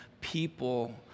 people